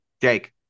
jake